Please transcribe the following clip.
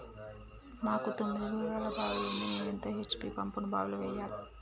మాకు తొమ్మిది గోళాల బావి ఉంది నేను ఎంత హెచ్.పి పంపును బావిలో వెయ్యాలే?